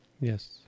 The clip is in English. Yes